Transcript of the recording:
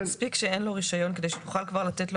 מספיק שאין לו רישיון כדי שיוכלו כבר לתת לו